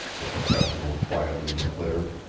the professional quietly declared.